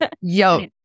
Yo